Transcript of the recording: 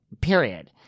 period